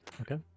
Okay